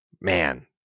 Man